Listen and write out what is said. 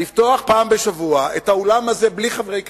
את האולם הזה בלי חברי כנסת,